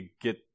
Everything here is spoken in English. get